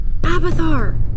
Abathar